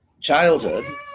childhood